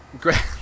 Great